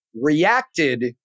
reacted